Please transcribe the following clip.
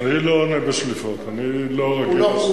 אני לא עונה בשליפות, אני לא רגיל לזה.